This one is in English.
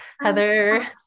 Heather